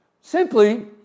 Simply